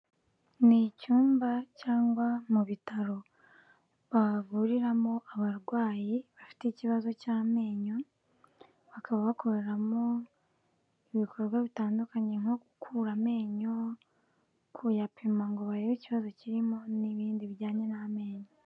Ni icyumba cyangwa mu bitaro, bavuriramo abarwayi bafite ikibazo cy'amenyo, bakaba bakoreramo ibikorwa bitandukanye nko gukura amenyo, kuyapima, ngo barebe ikibazo kirimo n'ibindi bijyanye n'amenyo.